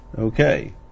Okay